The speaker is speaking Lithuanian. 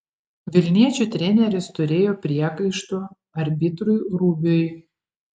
vilniečių treneris turėjo priekaištų arbitrui rubiui